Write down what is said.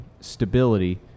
stability